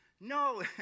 no